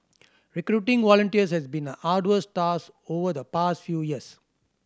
recruiting volunteers has been an arduous task over the past few years